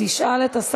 שאילתה לשר.